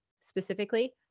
specifically